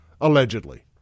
allegedly